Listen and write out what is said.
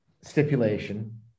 stipulation